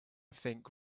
think